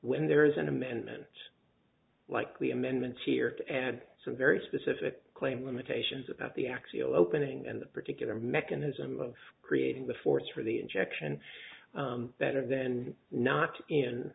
when there is an amendment likely amendments here add some very specific claim limitations about the actual opening and the particular mechanism of creating the force for the injection better than not in